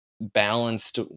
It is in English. Balanced